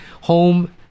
home